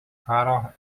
karo